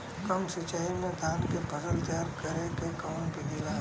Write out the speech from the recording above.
कम सिचाई में धान के फसल तैयार करे क कवन बिधि बा?